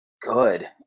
good